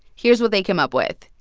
here's what they came up with.